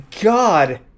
God